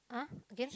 !huh! again